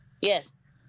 yes